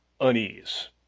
unease